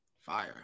Fire